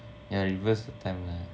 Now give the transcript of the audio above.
yeah reverse the time lah